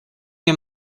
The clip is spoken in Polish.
nią